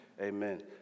Amen